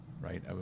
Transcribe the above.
right